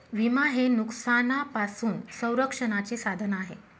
विमा हे नुकसानापासून संरक्षणाचे साधन आहे